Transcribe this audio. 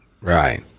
right